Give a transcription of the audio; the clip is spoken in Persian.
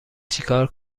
چیکار